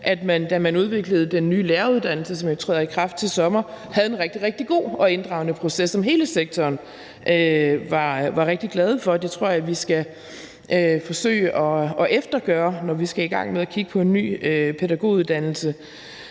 at man, da man udviklede den nye læreruddannelse, som træder i kraft til sommer, havde en rigtig, rigtig god og inddragende proces, som hele sektoren var rigtig glade for. Det tror jeg vi skal forsøge at eftergøre, når vi skal i gang med at kigge på en ny pædagoguddannelse.